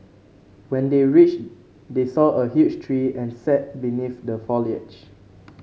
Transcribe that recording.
when they reached they saw a huge tree and sat beneath the foliage